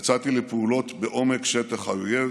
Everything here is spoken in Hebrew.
יצאתי לפעולות בעומק שטח האויב,